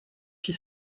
she